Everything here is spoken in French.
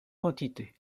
quantité